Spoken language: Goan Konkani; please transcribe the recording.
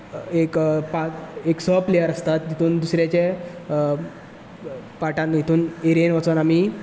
एक स प्लेयर आसतात तितून दुसऱ्याच्या पार्टांत हिरेन वचून आमी